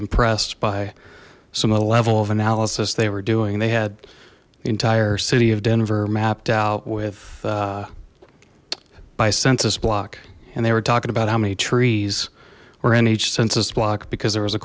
impressed by some of the level of analysis they were doing they had the entire city of denver mapped out with by census block and they were talking about how many trees were in each census block because there was a